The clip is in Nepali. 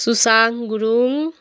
सुसाङ गुरुङ